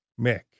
Mick